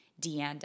Deanda